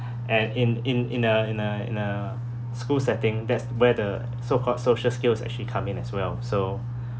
and in in in a in a in a school setting that's where the so-called social skills actually come in as well so